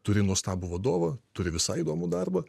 turi nuostabų vadovą turi visai įdomų darbą